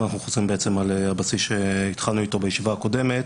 ואנחנו חוזרים בעצם על הבסיס שהתחלנו איתו בישיבה הקודמת,